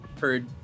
heard